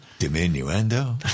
Diminuendo